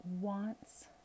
wants